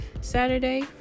Saturday